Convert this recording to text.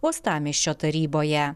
uostamiesčio taryboje